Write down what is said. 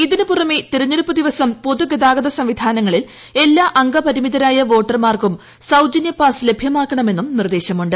ഇതിനുപുറമേ തെരഞ്ഞെടുപ്പ് ദിവസം പൊതു ഗതാഗത സംവിധാനങ്ങളിൽ എല്ലാ അംഗപരിമിതരായ വോട്ടർമാർക്കും സൌജന്യപാസ് ലഭ്യമാക്കണമെന്നും നിർദ്ദേശമുണ്ട്